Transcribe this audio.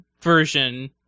version